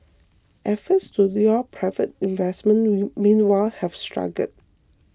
efforts to lure private investment meanwhile have struggled